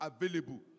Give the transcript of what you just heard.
available